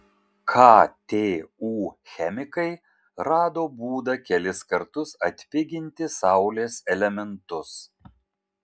ktu chemikai rado būdą kelis kartus atpiginti saulės elementus